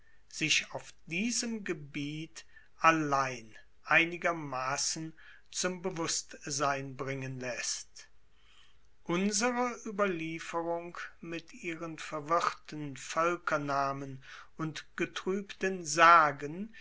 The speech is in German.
sich auf diesem gebiet allein einigermassen zum bewusstsein bringen laesst unsere ueberlieferung mit ihren verwirrten voelkernamen und getruebten sagen